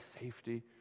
safety